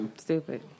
Stupid